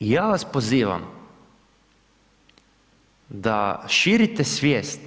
I ja vas pozivam da širite svijest